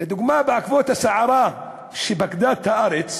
לדוגמה, בעקבות הסערה שפקדה את הארץ